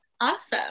Awesome